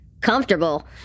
Comfortable